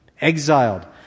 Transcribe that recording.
exiled